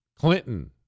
Clinton